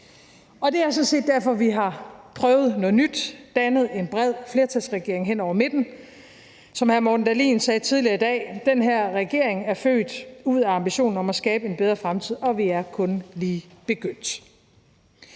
Det er sådan set derfor, vi har prøvet noget nyt, dannet en bred flertalsregering hen over midten. Som hr. Morten Dahlin sagde tidligere i dag, er den her regering født ud af ambitionen om at skabe en bedre fremtid, og vi er kun lige begyndt.